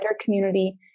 community